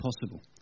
possible